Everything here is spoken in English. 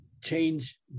change